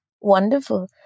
Wonderful